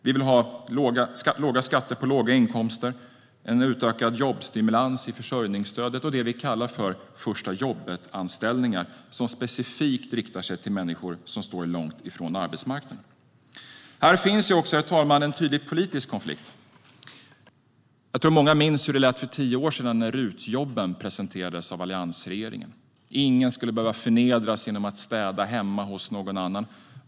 Vi vill ha låga skatter på låga inkomster, en utökad jobbstimulans i försörjningsstödet och det som vi kallar förstajobbetanställningar, som specifikt riktar sig till människor som står långt från arbetsmarknaden. Det finns i detta sammanhang också en tydlig politisk konflikt. Jag tror att många minns hur det lät för tio år sedan när RUT-jobben presenterades av alliansregeringen. Ingen skulle behöva förnedras genom att städa hemma hos någon annan.